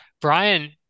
Brian